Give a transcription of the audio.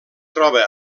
troba